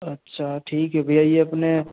अच्छा ठीक है भैया ये अपने